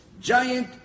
giant